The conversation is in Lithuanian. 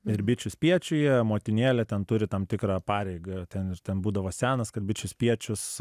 ir bičių spiečiuje motinėlė ten turi tam tikrą pareigą ten ir ten būdavo senas kad bičių spiečius